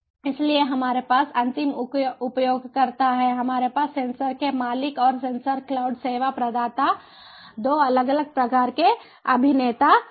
इसलिए हमारे पास अंतिम उपयोगकर्ता हैं हमारे पास सेंसर के मालिक और सेंसर क्लाउड सेवा प्रदाता 3 अलग अलग प्रकार के अभिनेता हैं